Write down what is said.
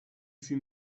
fut